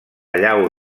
llau